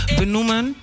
benoemen